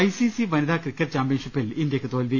I C C വനിതാ cricket ചാമ്പ്യൻഷിപ്പിൽ ഇന്ത്യക്ക് തോൽവി